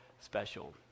special